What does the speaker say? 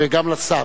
וגם לשר.